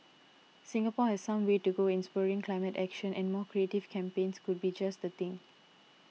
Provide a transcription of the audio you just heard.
Singapore has some way to go in spurring climate action and more creative campaigns could be just the thing